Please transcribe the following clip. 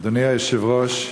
אדוני היושב-ראש,